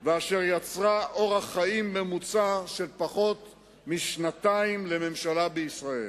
חולה בה ואשר יצרה אורך חיים ממוצע של פחות משנתיים לממשלה בישראל?